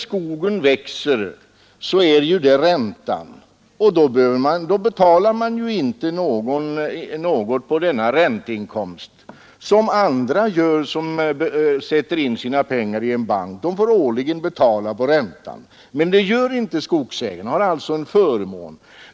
Skogens tillväxt motsvarar emellertid räntan på kapitalet. För denna tillväxt behöver skogsägarna inte betala skatt, men det får andra kapitalägare göra när de sätter in sina pengar på en bank. De får årligen betala skatt på räntan, men det gör inte skogsägarna. De senare har alltså en förmån.